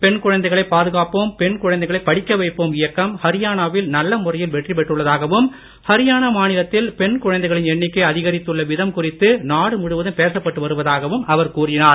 பெண் குழந்தைகளை பாதுகாப்போம் பெண் குழந்தைகளை படிக்க வைப்போம் இயக்கம் ஹரியானாவில் முறையில் வெற்றி பெற்றுள்ளதாகவும் ஹரியானா மாநிலத்தில் பெண் நல்ல குழந்தைகளின் எண்ணிக்கை அதிகரித்துள்ள விதம் குறித்து நாடு முழுவதும் பேசப்பட்டு வருவதாகவும் அவர் கூறினார்